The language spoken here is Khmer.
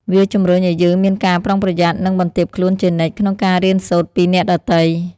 វាជំរុញឲ្យយើងមានការប្រុងប្រយ័ត្ន និងបន្ទាបខ្លួនជានិច្ច ក្នុងការរៀនសូត្រពីអ្នកដទៃ។